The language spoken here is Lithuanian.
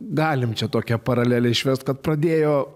galim čia tokią paralelę išvest kad pradėjo